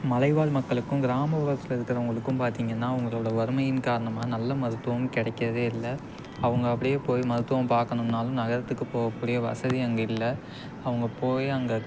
மலைவாழ் மக்களுக்கும் கிராம ஊராட்சியில இருக்கிறவங்களுக்கும் பார்த்தீங்கன்னா அவங்களோட வறுமையின் காரணமாக நல்ல மருத்துவம் கிடைக்கிறதே இல்லை அவங்க அப்படியே போய் மருத்துவம் பார்க்கணும்னாலும் நகரத்துக்கு போகக்கூடிய வசதி அங்கே இல்லை அவங்க போய் அங்கே